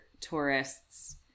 tourists